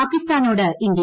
പാകിസ്ഥാനോട് ഇന്ത്യ